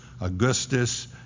Augustus